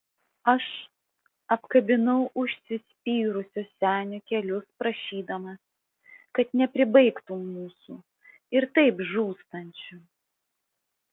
aš apkabinau užsispyrusio senio kelius prašydamas kad nepribaigtų mūsų ir taip žūstančių